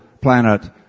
planet